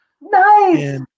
Nice